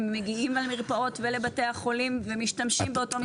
הם מגיעים למרפאות ולבתי החולים ומשתמשים באותו מספר.